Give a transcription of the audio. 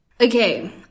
okay